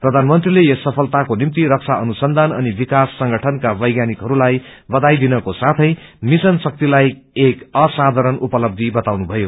प्रधानमंत्रीले यस सफलताको निम्ति रक्षा अनुसंधान अनि वकास संगठनका वैज्ञानिकहस्लाई बधाई दिनको साथै मिशन शक्तिलाई एक असाधारण उपलब्धि बताउनुभयो